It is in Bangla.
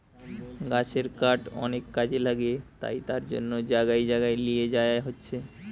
গাছের কাঠ অনেক কাজে লাগে তাই তার জন্যে জাগায় জাগায় লিয়ে যায়া হচ্ছে